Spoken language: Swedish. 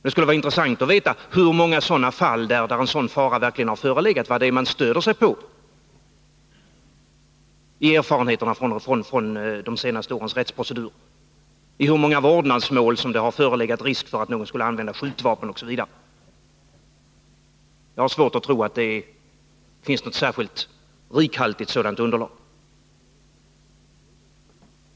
Det skulle vara intressant att få veta hur många sådana fall av fara som verkligen har förelegat. Vilka erfarenheter från de senaste årens rättsprocedurer stöder Nr 30 han sig på? I hur många vårdnadsmål har det förelegat risk för att någon skulle ha använt sig av skjutvapen osv.? Jag har svårt för att tro att det kan finnas ett rikhaltigt sådant underlag.